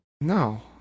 No